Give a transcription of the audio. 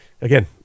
again